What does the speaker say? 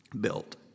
built